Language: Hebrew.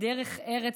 בדרך ארץ,